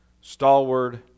stalwart